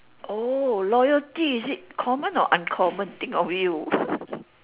oh loyalty is it common or uncommon think of you